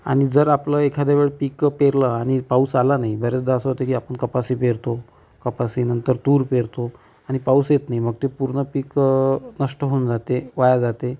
आणि जर आपलं एखाद्या वेळ पिकं पेरलं आणि पाऊस आला नाही बर्याचदा असं होतं की कपासी पेरतो कपासीनंतर तूर पेरतो आणि पाऊस येत नाही मग ते पूर्ण पिकं नष्ट होऊन जाते वाया जाते